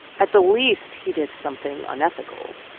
at the least, he did something unethical.